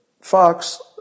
Fox